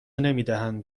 نمیدهند